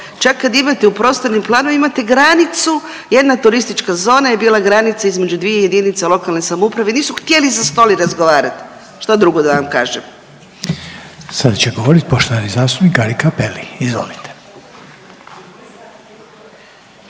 Čak kad imate u prostornim planovima imate granicu, jedna turistička zona je bila granica između dvije jedinice lokalne samouprave. Nisu htjeli za stol i razgovarati, šta drugo da vam kažem. **Reiner, Željko (HDZ)** Sada će govoriti poštovani zastupnik Gari Cappelli. Izvolite.